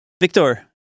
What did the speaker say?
Victor